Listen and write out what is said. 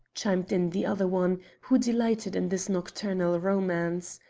chimed in the other one, who delighted in this nocturnal romance.